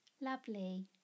Lovely